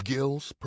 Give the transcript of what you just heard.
Gill's